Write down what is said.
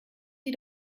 die